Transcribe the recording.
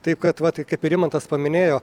taip kad vat taip kaip ir rimantas paminėjo